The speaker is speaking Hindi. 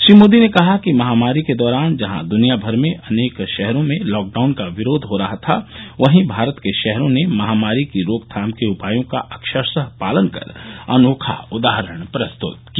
श्री मोदी ने कहा कि महामारी के दौरान जहां दुनिया भर में अनेक शहरों में लॉकडाउन का विरोध हो रहा था वहीं भारत के शहरों ने महामारी की रोकथाम के उपायों का अक्षरशरू पालन कर अनोखा उदाहरण प्रस्तुत किया